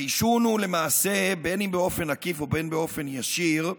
העישון, למעשה, אם באופן עקיף ואם באופן ישיר,